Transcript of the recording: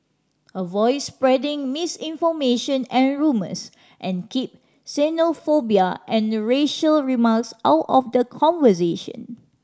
avoid spreading misinformation and rumours and keep xenophobia and racial remarks out of the conversation